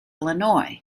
illinois